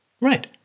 Right